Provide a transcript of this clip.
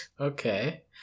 okay